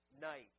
night